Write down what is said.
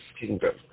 kingdom